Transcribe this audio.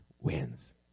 wins